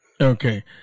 Okay